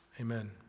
amen